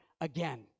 again